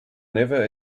never